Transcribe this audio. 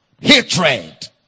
hatred